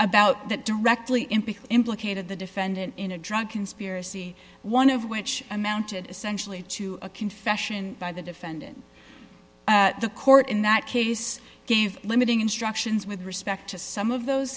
bout that directly in implicated the defendant in a drug conspiracy one of which amounted essentially to a confession by the defendant the court in that case gave limiting instructions with respect to some of those